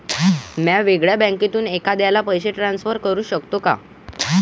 म्या वेगळ्या बँकेतून एखाद्याला पैसे ट्रान्सफर करू शकतो का?